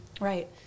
Right